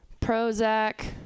Prozac